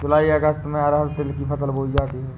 जूलाई अगस्त में अरहर तिल की फसल बोई जाती हैं